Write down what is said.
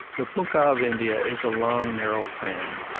the punkah of india is a long, narrow fan,